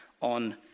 on